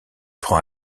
prend